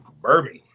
Bourbon